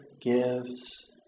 gives